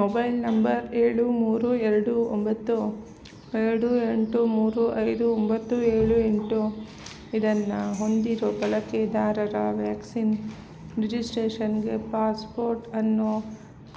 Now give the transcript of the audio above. mobile number ಏಳು ಮೂರು ಎರಡು ಒಂಬತ್ತು ಎರಡು ಎಂಟು ಮೂರು ಐದು ಒಂಬತ್ತು ಏಳು ಎಂಟು ಇದನ್ನು ಹೊಂದಿರೋ ಬಳಕೆದಾರರ ವ್ಯಾಕ್ಸಿನ್ ರಿಜಿಸ್ಟ್ರೇಷನ್ಗೆ ಪಾಸ್ಪೋರ್ಟನ್ನು